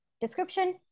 description